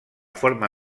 forma